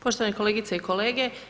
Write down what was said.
Poštovane kolegice i kolege.